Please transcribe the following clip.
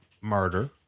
murder